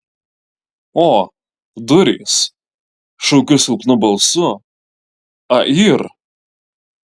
o durys šaukiu silpnu balsu a yr